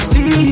See